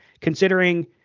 considering